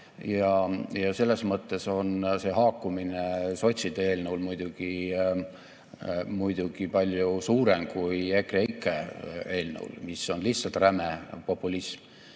Selles mõttes on see haakumine sotside eelnõul muidugi palju suurem kui EKREIKE eelnõul, mis on lihtsalt räme populism